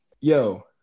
Yo